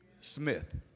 Smith